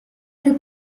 più